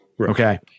Okay